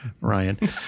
Ryan